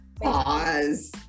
Pause